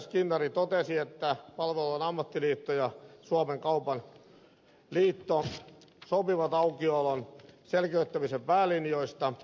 skinnari totesi että palvelualojen ammattiliitto ja suomen kaupan liitto sopivat aukiolon selkeyttämisen päälinjoista